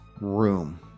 room